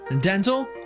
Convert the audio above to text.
dental